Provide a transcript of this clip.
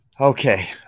Okay